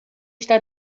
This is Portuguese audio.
está